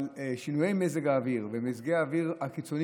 אבל שינויי מזג האוויר ומזג האוויר הקיצוני